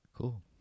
cool